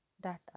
data